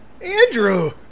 Andrew